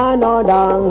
um da da